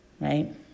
right